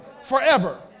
forever